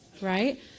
right